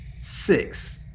six